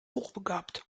hochbegabt